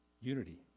unity